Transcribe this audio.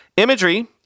imagery